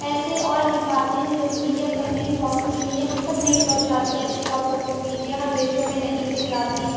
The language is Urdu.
ایسے اور بھی باتیں ہیں جو میڈیا تک نہیں پہنچتیں میڈیا ہم تک نہیں پہنچاتی ایسی باتوں کو میڈیا ہر دیشوں میں نہیں دکھلاتی